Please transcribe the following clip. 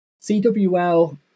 CWL